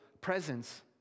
presence